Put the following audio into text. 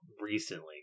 recently